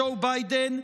ג'ו ביידן,